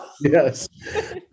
Yes